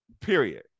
period